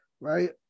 right